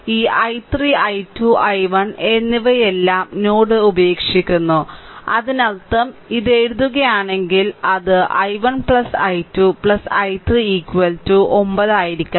ഈ i3 i2 i1 എന്നിവയെല്ലാം node ഉപേക്ഷിക്കുന്നു അതിനർത്ഥം ഇത് എഴുതുകയാണെങ്കിൽ അത് i1 i2 i3 9 ആയിരിക്കണം